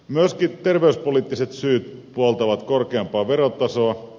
myöskin terveyspoliittiset syyt puoltavat korkeampaa verotasoa